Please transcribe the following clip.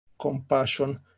compassion